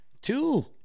Two